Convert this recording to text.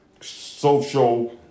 Social